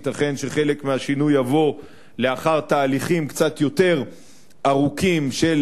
ייתכן שחלק מהשינוי יבוא לאחר תהליכים קצת יותר ארוכים של